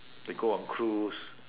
they go on cruise